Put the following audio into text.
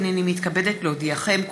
הינני מתכבדת להודיעכם,